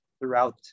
throughout